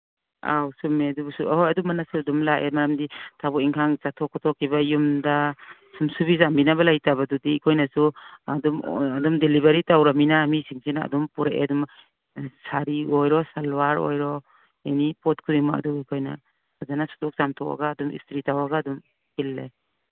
ꯑꯧ ꯆꯨꯝꯃꯦ ꯑꯗꯨꯕꯨꯁꯨ ꯍꯣꯏ ꯑꯗꯨꯝꯕꯁꯨ ꯑꯗꯨꯝ ꯂꯥꯛꯑꯦ ꯃꯔꯝꯗꯤ ꯊꯕꯛ ꯏꯪꯈꯥꯡ ꯆꯠꯊꯣꯛ ꯈꯣꯠꯇꯣꯛꯈꯤꯕ ꯌꯨꯝꯗ ꯁꯨꯝ ꯁꯨꯕꯤ ꯆꯥꯝꯕꯤꯅꯕ ꯂꯩꯇꯕꯗꯨꯗꯤ ꯑꯩꯈꯣꯏꯅꯁꯨ ꯑꯗꯨꯝ ꯑꯗꯨꯝ ꯗꯤꯂꯤꯚꯔꯤ ꯇꯧꯔꯝꯅꯤꯅ ꯃꯤꯁꯤꯡꯁꯤꯅ ꯄꯣꯔꯛꯑꯦ ꯑꯗꯨꯝ ꯁꯥꯔꯤ ꯑꯣꯏꯔꯣ ꯁꯜꯋꯥꯔ ꯑꯣꯏꯔꯣ ꯑꯦꯅꯤ ꯄꯣꯠ ꯈꯨꯗꯤꯡꯃꯛ ꯑꯗꯨ ꯑꯩꯈꯣꯏꯅ ꯐꯖꯅ ꯁꯨꯗꯣꯛ ꯆꯥꯝꯊꯣꯛꯑꯒ ꯑꯗꯨꯝ ꯏꯁꯇ꯭ꯔꯤ ꯇꯧꯔꯒ ꯑꯗꯨꯝ ꯊꯤꯜꯂꯦ